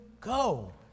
go